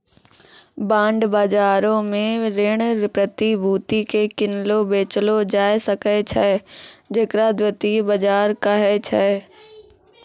bond बजारो मे ऋण प्रतिभूति के किनलो बेचलो जाय सकै छै जेकरा द्वितीय बजार कहै छै